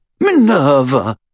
Minerva